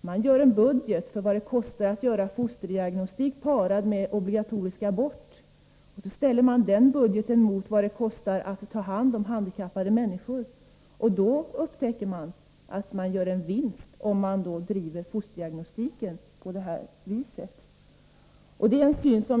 Man gör en budget för vad det kostar att göra fosterdiagnostik parad med obligatorisk abort. Så jämför man den budgeten med vad det kostar att ta hand om handikappade människor. Då upptäcker man, att man gör en vinst om man använder fosterdiagnostiken på det här viset.